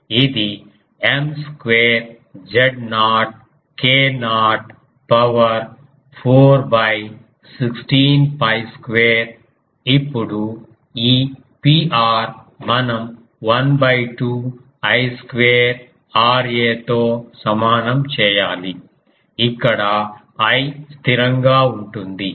కాబట్టి ఇది M square Z0 k0 power 4 16 𝛑 square ఇప్పుడు ఈ Pr మనం12 I స్క్వేర్ Ra తో సమానం చేయాలి ఇక్కడ I స్థిరంగా ఉంటుంది